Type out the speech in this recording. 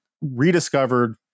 rediscovered